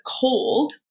cold